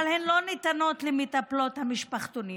אבל הן לא ניתנות למטפלות המשפחתונים,